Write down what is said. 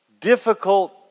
difficult